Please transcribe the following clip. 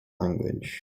language